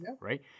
Right